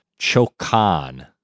chokan